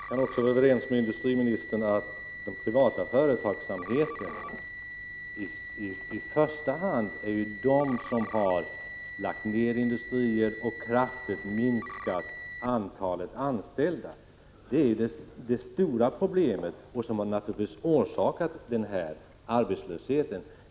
Fru talman! Jag kan vara överens med industriministern om att det i första — 15 maj 1986 hand är den privata företagsamheten som lagt ner industrier och kraftigt minskat antalet anställda. Det är ju det stora problemet och det som orsakat arbetslösheten.